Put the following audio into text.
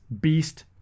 Beast